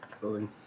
building